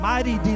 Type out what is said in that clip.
Mighty